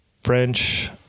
French